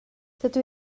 dydw